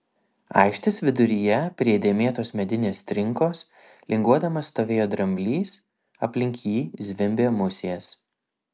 aikštės viduryje prie dėmėtos medinės trinkos linguodamas stovėjo dramblys aplink jį zvimbė musės